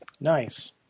Nice